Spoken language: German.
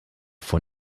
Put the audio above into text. von